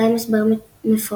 קיים הסבר מפורט,